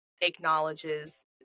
acknowledges